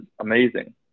amazing